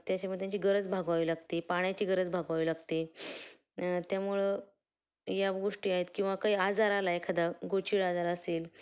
त्याच्यामुळं त्यांची गरज भागवावी लागते पाण्याची गरज भागवावी लागते त्यामुळं या गोष्टी आहेत किंवा काही आजार आला आहे एखादा गोचिड आजार असेल